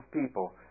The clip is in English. people